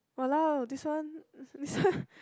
!walao! this one this one